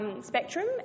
Spectrum